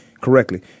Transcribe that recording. correctly